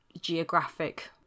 geographic